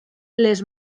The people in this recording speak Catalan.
les